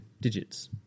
digits